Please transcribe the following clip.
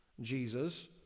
Jesus